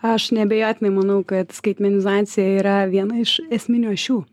aš neabejotinai manau kad skaitmenizacija yra viena iš esminių šių